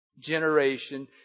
generation